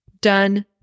done